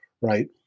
right